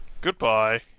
Goodbye